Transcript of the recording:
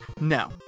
No